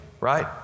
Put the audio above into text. right